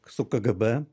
su kgb